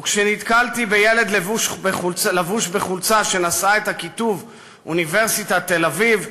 וכשנתקלתי בילד לבוש בחולצה שנשאה את הכיתוב "אוניברסיטת תל-אביב",